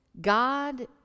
God